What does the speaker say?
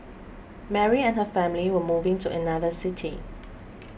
Mary and her family were moving to another city